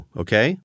okay